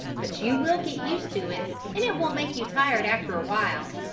but you will get used to it and it won't make you tired after awhile.